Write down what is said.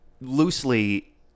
loosely